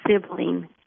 sibling